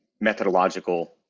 methodological